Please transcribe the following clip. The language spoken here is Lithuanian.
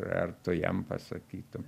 ar tu jam pasakytum